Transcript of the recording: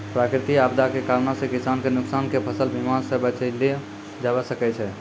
प्राकृतिक आपदा के कारणो से किसान के नुकसान के फसल बीमा से बचैलो जाबै सकै छै